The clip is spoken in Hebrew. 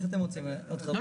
כן.